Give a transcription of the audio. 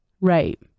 Right